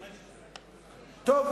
טוב,